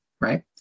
right